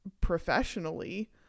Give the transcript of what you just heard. professionally